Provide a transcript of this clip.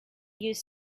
use